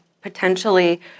potentially